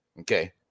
okay